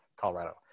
Colorado